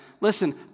Listen